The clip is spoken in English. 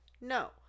No